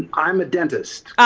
um a dentist.